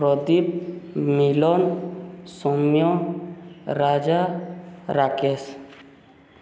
Pradeep Milan Soumya Raja Rakesh